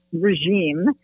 regime